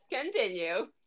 continue